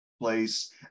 place